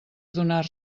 adonar